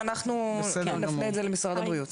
ואנחנו נפנה את זה למשרד הבריאות.